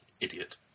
idiot